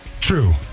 True